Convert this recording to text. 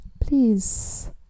Please